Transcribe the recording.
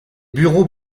bureaux